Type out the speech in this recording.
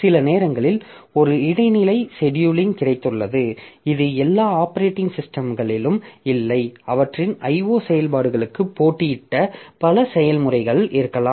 சில நேரங்களில் ஒரு இடைநிலை செடியூலிங் கிடைத்துள்ளது இது எல்லா ஆப்பரேட்டிங் சிஸ்டமிலும் இல்லை அவற்றின் IO செயல்பாடுகளுக்கு போட்டியிட்ட பல செயல்முறைகள் இருக்கலாம்